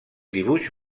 dibuix